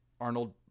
Arnold